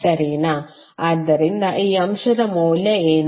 ಆದ್ದರಿಂದ ಈ ಅಂಶದ ಮೌಲ್ಯ ಏನು